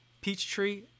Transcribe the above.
Peachtree